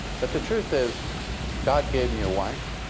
but the truth is god gave me a wife.